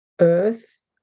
earth